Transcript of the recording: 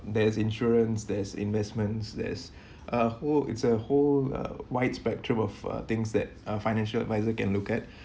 there is insurance there is investments there's a whole it's a whole uh wide spectrum of uh things that uh financial adviser can look at